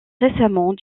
récemment